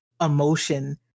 emotion